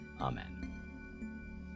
Amen